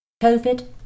COVID